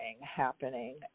happening